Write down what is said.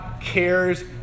cares